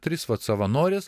trys vat savanorės